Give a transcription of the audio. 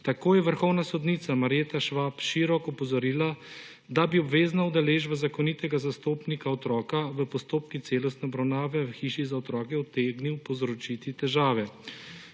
Tako je vrhovna sodnica Marjeta Švab Širok opozorila, da bi obvezna udeležba zakonitega zastopnika otroka v postopkih celostne obravnave v hiši za otroke utegnila povzročiti težave.